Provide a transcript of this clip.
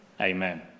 Amen